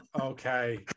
okay